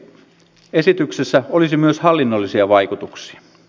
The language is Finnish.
esityksellä olisi myös hallinnollisia vaikutuksia